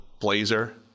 blazer